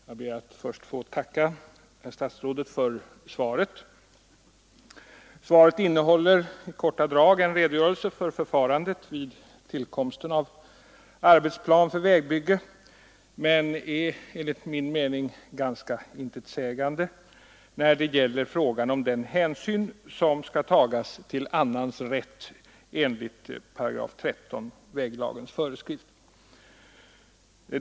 Herr talman! Jag ber först att få tacka herr statsrådet för svaret. Det innehåller i korta drag en redogörelse för förfarandet vid tillkomsten av arbetsplan för vägbyggande, men det är enligt min mening ganska intetsägande när det gäller frågan om den hänsyn som skall tagas till annans rätt enligt 13 § väglagen.